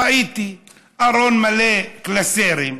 ראיתי ארון מלא קלסרים,